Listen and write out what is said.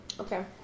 Okay